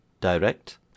Direct